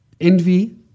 Envy